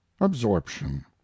absorption